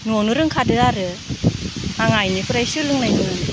न'आवनो रोंखादों आरो आं आइनिफ्राय सोलोंदोंमोन